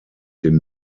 den